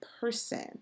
person